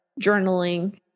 journaling